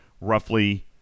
roughly